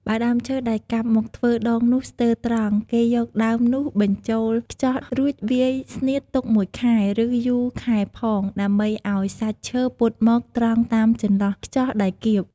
បើដើមឈើដែលកាប់មកធ្វើដងនោះស្ទើរត្រង់ គេយកដើមនោះបញ្ចូលខ្ចោះ រួចវាយស្នៀតទុកមួយខែ ឬយូរខែផង ដើម្បីឲ្យសាច់ឈើពត់មកត្រង់តាមចន្លោះខ្ចោះដែលកៀប ។